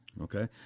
Okay